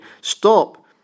Stop